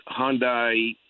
Hyundai